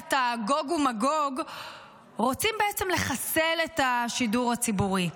לאג'נדת הגוג ומגוג רוצים לחסל את השידור הציבורי.